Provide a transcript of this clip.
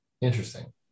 Interesting